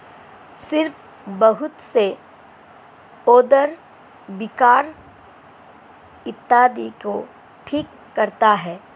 सौंफ बहुत से उदर विकार इत्यादि को ठीक करता है